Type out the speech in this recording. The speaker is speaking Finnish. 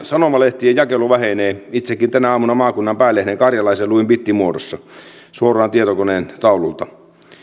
sanomalehtien jakelu vähenee itsekin tänä aamuna maakunnan päälehden karjalaisen luin bittimuodossa suoraan tietokoneen taululta